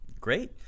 Great